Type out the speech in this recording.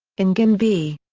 in guinn v.